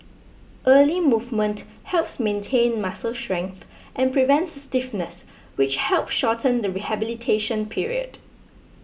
early movement helps maintain muscle strength and prevents stiffness which help shorten the rehabilitation period